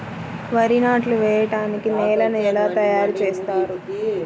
వరి నాట్లు వేయటానికి నేలను ఎలా తయారు చేస్తారు?